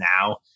now